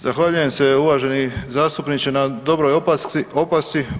Zahvaljujem se uvaženi zastupniče na dobroj opasci.